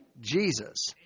Jesus